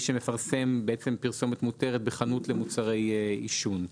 שמפרסם פרסומת מותרת בחנות למוצרי עישון.